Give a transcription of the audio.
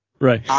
Right